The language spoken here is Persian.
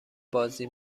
بازی